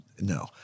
no